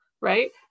Right